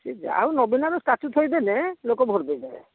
ସେ ଯା ହେଉ ନବୀନର ଷ୍ଟାଚ୍ୟୁ ଥୋଇଦେଲେ ଲୋକ ଭୋଟ୍ ଦେଇଦେବେ